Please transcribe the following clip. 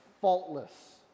faultless